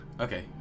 Okay